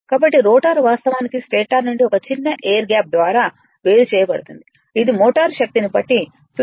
కాబట్టి రోటర్ వాస్తవానికి స్టేటర్ నుండి ఒక చిన్న ఎయిర్ గ్యాప్ ద్వారా వేరు చేయబడుతుంది ఇది మోటారు శక్తిని బట్టి 0